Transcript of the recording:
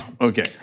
Okay